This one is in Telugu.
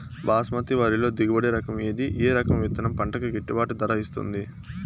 బాస్మతి వరిలో దిగుబడి రకము ఏది ఏ రకము విత్తనం పంటకు గిట్టుబాటు ధర ఇస్తుంది